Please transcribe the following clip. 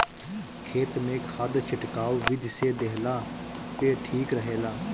खेत में खाद खिटकाव विधि से देहला पे ठीक रहेला